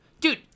Dude